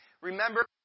...remember